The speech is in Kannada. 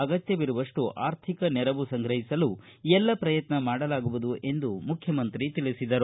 ಅಗತ್ಯವಿರುವಷ್ಟು ಆರ್ಥಿಕ ನೆರವು ಸಂಗ್ರಹಿಸಲು ಎಲ್ಲ ಪ್ರಯತ್ನ ಮಾಡಲಾಗುವುದು ಎಂದು ಮುಖ್ಯಮಂತ್ರಿ ತಿಳಿಸಿದರು